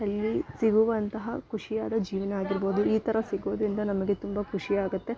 ಅಲ್ಲಿ ಸಿಗುವಂತಹ ಖುಷಿಯಾದ ಜೀವನ ಆಗಿರ್ಬೋದು ಈ ಥರ ಸಿಗೋದರಿಂದ ನಮಗೆ ತುಂಬ ಖುಷಿ ಆಗುತ್ತೆ